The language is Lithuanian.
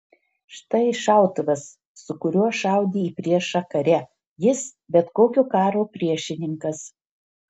štai šautuvas su kuriuo šaudė į priešą kare jis bet kokio karo priešininkas